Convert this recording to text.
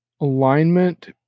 Alignment